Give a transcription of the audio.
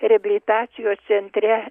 reabilitacijos centre